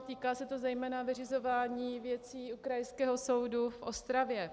Týká se to zejména vyřizování věcí u Krajského soudu v Ostravě.